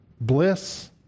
bliss